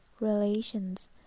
relations